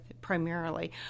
primarily